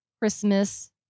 Christmas